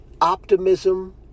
optimism